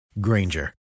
Granger